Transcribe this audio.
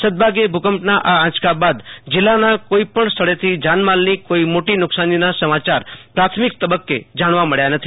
સદભાગ્યે ભૂકંપના આ આંચકા બાદ જીલ્લાના કોઇપણ સ્થળેથી જાનમાલની મોટી નુકસાનીના સમાચાર પ્રાથમિક તબબકે જાણવા મબ્યા નથી